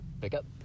pickup